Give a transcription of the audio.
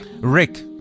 Rick